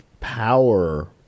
power